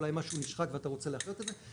אולי משהו נשחק ואתה רוצה לעשות את זה,